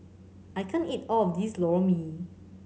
I can't eat all of this Lor Mee